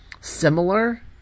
similar